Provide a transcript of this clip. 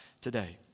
today